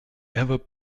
ever